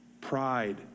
pride